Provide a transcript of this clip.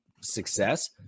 success